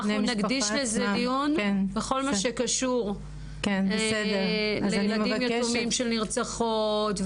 אנחנו נקדיש לזה דיון בכל מה שקשור לילדים יתומים של נרצחות,